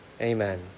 Amen